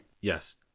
Yes